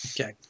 Okay